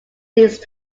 these